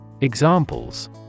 Examples